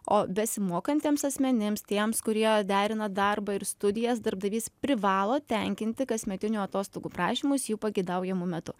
o besimokantiems asmenims tiems kurie derina darbą ir studijas darbdavys privalo tenkinti kasmetinių atostogų prašymus jų pageidaujamu metu